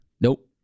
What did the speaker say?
Nope